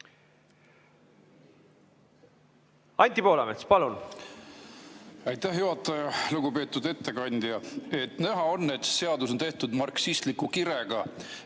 Anti Poolamets, palun! Aitäh, juhataja! Lugupeetud ettekandja! Näha on, et see seadus on tehtud marksistliku kirega,